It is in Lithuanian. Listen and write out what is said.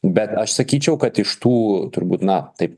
bet aš sakyčiau kad iš tų turbūt na taip